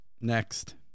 Next